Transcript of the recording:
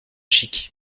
chic